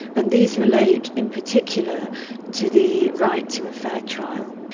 and these relate in particular to the right to a fair trial.